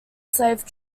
slave